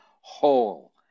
whole